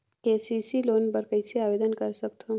KCC loan बर कइसे आवेदन कर सकथव?